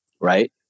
right